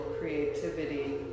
creativity